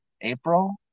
April